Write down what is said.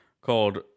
called